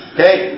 Okay